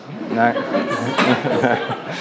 No